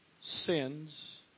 sins